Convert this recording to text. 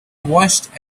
watched